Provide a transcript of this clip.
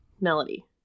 Melody